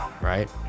right